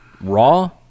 Raw